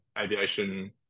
aviation